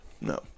no